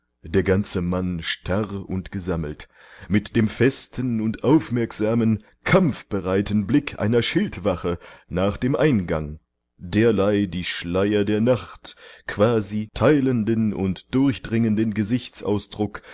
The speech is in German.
der ganze mann starr und gesammelt mit dem festen und aufmerksamen kampfbereiten blick einer schildwache nach dem eingang derlei die schleier der nacht quasi teilenden und durchdringenden gesichtsausdruck